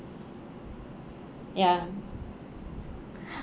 ya